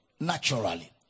naturally